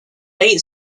eight